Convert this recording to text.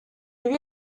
lui